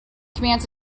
commands